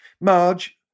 Marge